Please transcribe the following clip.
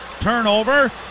turnover